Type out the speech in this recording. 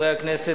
חברי הכנסת,